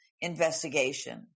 investigation